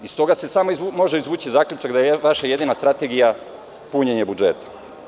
Iz toga se samo može izvući zaključak da je vaša jedina strategija punjenje budžeta.